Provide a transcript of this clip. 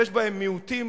אף-על-פי שיש בהן מיעוטים